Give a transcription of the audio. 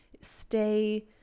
stay